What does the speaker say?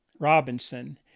Robinson